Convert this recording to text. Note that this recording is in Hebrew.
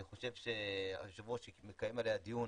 שאני חושבת שהיושב-ראש מקיים עליה דיון